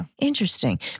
interesting